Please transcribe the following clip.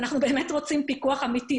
ואנחנו באמת רוצים פיקוח אמיתי,